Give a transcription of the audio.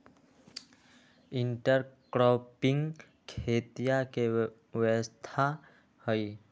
intercropping खेतीया के व्यवस्था हई